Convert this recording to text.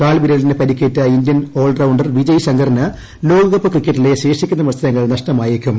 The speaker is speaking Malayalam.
കാൽ വിരലിന് പരിക്കേറ്റ് ഇന്ത്യൻ ഓൾ റൌ ് ർ വിജയ് ശങ്കറിന് ലോകകപ്പ് ക്രിക്കറ്റിലെ ശേഷിക്കുന്ന മത്സരങ്ങൾ നഷ്ടമായേക്കും